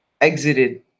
exited